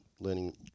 learning